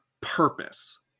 purpose